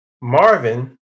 Marvin